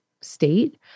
state